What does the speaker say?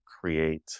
create